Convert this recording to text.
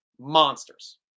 monsters